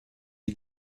die